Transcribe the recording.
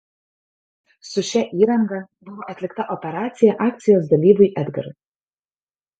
su šia įranga buvo atlikta operacija akcijos dalyviui edgarui